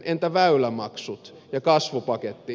entä väylämaksut ja kasvupaketti